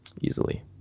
easily